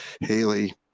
Haley